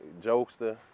jokester